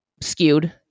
skewed